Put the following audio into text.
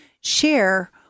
share